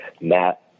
Matt